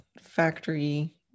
factory